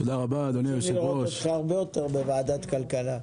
תן לי לראות אותך הרבה יותר בוועדת כלכלה.